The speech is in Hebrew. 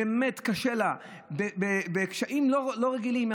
באמת קשה לה ויש לה קשיים לא רגילים,